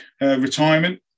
retirement